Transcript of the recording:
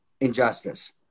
injustice